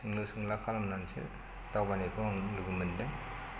सोंलु सोंला खालामनानैसो दावबायनायखौ आं नुनो मोनदों